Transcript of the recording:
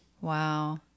Wow